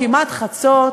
כמעט חצות,